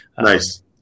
Nice